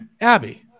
Abby